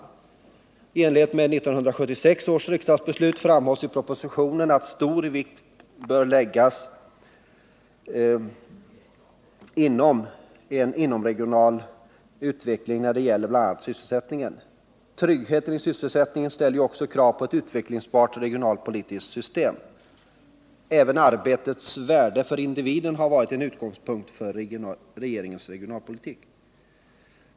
I enlighet med 1976 års riksdagsbeslut framhålls i propositionen att stor vikt bör läggas vid en inomregional utveckling när det gäller bl.a. sysselsättning. Tryggheten i sysselsättningen ställer ju också krav på ett utvecklingsbart regionalpolitiskt system. Även arbetets värde för individen har varit en utgångspunkt för regeringens regionalpolitik.